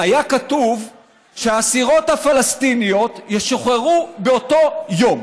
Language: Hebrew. היה כתוב שהאסירות הפלסטיניות ישוחררו באותו יום.